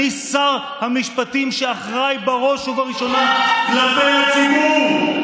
אני שר המשפטים שאחראי בראש ובראשונה כלפי הציבור.